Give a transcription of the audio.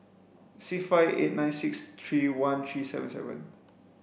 six five eight nine six three one three seven seven